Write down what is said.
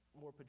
more